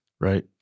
Right